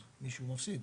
אז מישהו מפסיד.